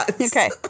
Okay